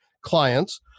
clients